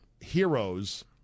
heroes